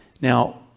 Now